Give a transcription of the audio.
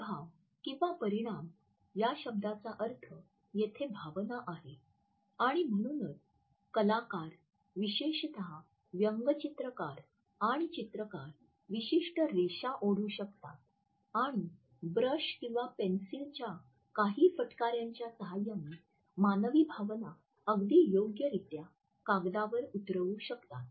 प्रभाव किंवा 'परिणाम' या शब्दाचा अर्थ येथे भावना आहे आणि म्हणूनच कलाकार विशेषतः व्यंगचित्रकार आणि चित्रकार विशिष्ट रेषा ओढू शकतात आणि ब्रश किंवा पेन्सिलच्या काही फटकाऱ्याच्या सहाय्याने मानवी भावना अगदी योग्यरित्या कागदावर उतरवू शकतात